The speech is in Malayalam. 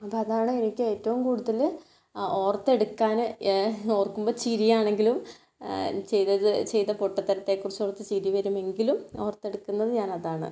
അപ്പോൾ അതാണ് എനിക്ക് ഏറ്റവും കൂടുതൽ ഓർത്തെടുക്കാൻ ഓർക്കുമ്പോൾ ചിരി ആണെങ്കിലും ചെയ്തത് ചെയ്ത പൊട്ടത്തരത്തെ കുറിച്ച് ഓർത്തു ചിരി വരുമെങ്കിലും ഓർത്തെടുക്കുന്നത് ഞാൻ അതാണ്